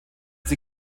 sie